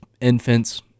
infants